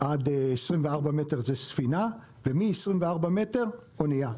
עד 24 מטר זה ספינה, ומ-24 מטר אונייה.